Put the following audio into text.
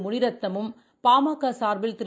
முனிரத்தினமும் பாமகசார்பில் திரு